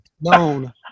known